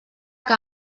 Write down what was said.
que